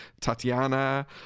Tatiana